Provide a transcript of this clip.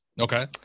Okay